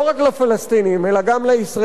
לא רק לפלסטינים, אלא גם לישראלים,